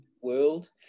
world